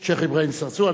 השיח' אברהים צרצור.